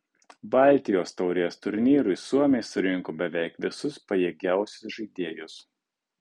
baltijos taurės turnyrui suomiai surinko beveik visus pajėgiausius žaidėjus